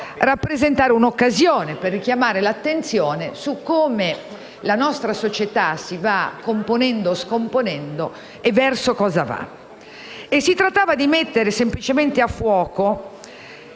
rappresentare un'occasione per richiamare l'attenzione su come la nostra società si va componendo o scomponendo e su dove sta andando. Si trattava di mettere semplicemente a fuoco,